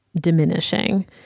diminishing